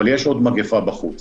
אבל יש עוד מגפה בחוץ